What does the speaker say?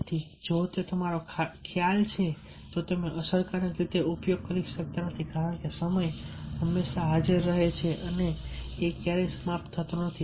તેથી જો તે તમારો ખ્યાલ છે તો તમે અસરકારક રીતે ઉપયોગ કરી શકતા નથી કારણ કે સમય 1640 હંમેશા હાજર રહે છે અને એ ક્યારેય સમાપ્ત થતો નથી